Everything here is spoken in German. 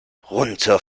runter